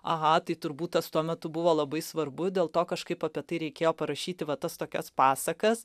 aha tai turbūt tas tuo metu buvo labai svarbu dėl to kažkaip apie tai reikėjo parašyti va tas tokias pasakas